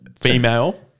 female